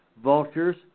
Vultures